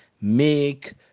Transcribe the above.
make